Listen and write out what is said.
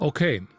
Okay